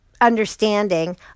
understanding